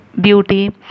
Beauty